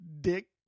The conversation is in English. dick